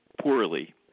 poorly